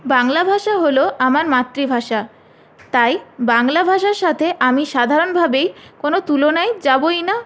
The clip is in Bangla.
বাংলা ভাষা হল আমার মাতৃভাষা তাই বাংলা ভাষার সাথে আমি সাধারণ ভাবেই কোনো তুলনায় যাবই না